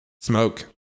smoke